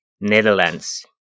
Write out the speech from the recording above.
Netherlands